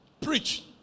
Preach